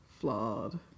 flawed